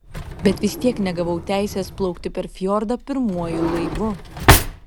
bet vis tiek negavau teisės plaukti per fjordą pirmuoju laivu